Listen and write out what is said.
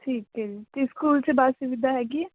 ਠੀਕ ਏ ਜੀ ਅਤੇ ਸਕੂਲ 'ਚ ਬੱਸ ਸੁਵਿਧਾ ਹੈਗੀ ਹੈ